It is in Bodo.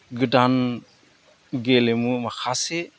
गोदान गेलेमु माखासे